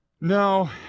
No